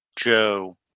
Joe